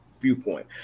viewpoint